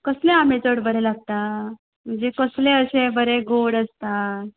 कसले आंबे चड बरे लागता म्हणजे कसले अशे बरे गोड आसता